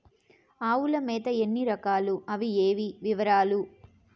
ఆవుల మేత ఎన్ని రకాలు? అవి ఏవి? వివరాలు?